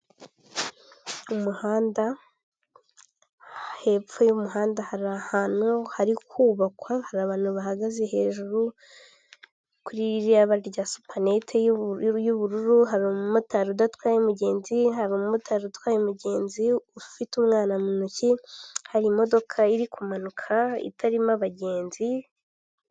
Umuhanda, hepfo y'umuhanda hari ahantu hari kubakwa, abantu bahagaze hejuru kuri supanete y'ubururu. Hari umumotari udatwaye umugenzi, hari umumotari utwaye umugenzi ufite umwana mu ntoki, hari imodoka iri kumanuka itarimo abagenzi.